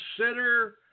consider